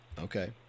Okay